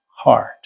Heart